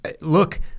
Look